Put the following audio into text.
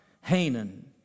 Hanan